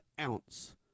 ounce